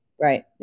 Right